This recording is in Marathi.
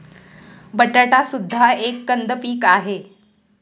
बटाटा सुद्धा एक कंद पीक आहे